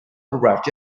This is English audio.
arrived